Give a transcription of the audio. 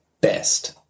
best